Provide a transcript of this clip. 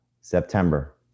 September